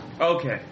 Okay